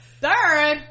third